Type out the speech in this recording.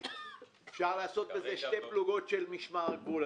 אפשר לעשות בזה שתי פלוגות של משמר הגבול.